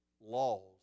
laws